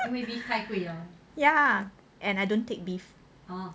ya and I don't take beef